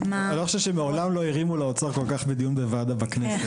אני חושב שמעולם לא הרימו לאוצר כל כך בדיון בוועדה בכנסת.